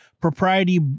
propriety